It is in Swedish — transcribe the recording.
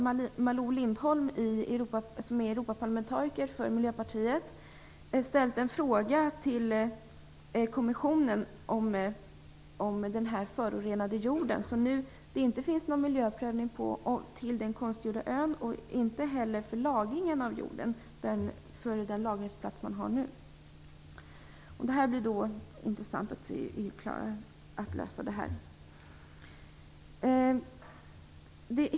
Miljöpartiet har ställt en fråga till kommissionen om den förorenade jorden till den konstgjorda ön som det nu inte finns någon miljöprövning av. Det finns det inte heller för den lagringsplats för jorden som man har nu. Det blir intressant att se hur man klarar att lösa detta.